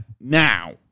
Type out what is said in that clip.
now